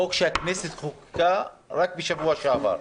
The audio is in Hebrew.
חוק שהכנסת חוקקה רק בשבוע שעבר.